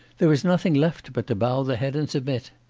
there is nothing left but to bow the head and submit.